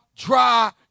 dry